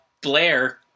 Blair